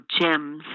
gems